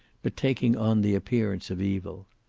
but taking on the appearance of evil.